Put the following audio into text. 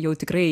jau tikrai